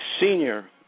senior